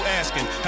asking